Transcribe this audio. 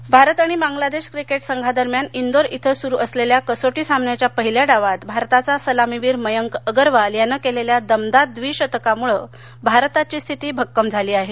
cricket Bharat आणि Bangladesh cricket संघांदरम्यान इंदोर इथं सुरू असलेल्या कसोटी सामन्याच्या पहिल्या डावात भारताचा सलामीवीर मयंक अगरवाल यांनं केलेल्या दमदार द्विशतकामुळे भारताची स्थिती भक्कम झाली आहे